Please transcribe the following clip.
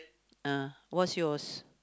uh what's yours